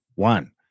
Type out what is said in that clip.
One